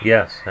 Yes